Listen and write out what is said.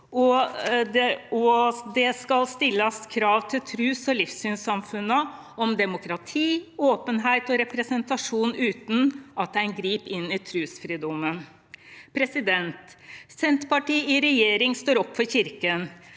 det skal stillast krav til trus- og livssynssamfunna om demokrati, openheit og representasjon utan at ein grip inn i trusfridommen.» Senterpartiet i regjering står opp for Kirken.